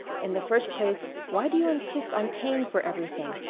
in the first place, why do you insist on paying for everything?